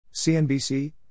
CNBC